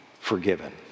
forgiven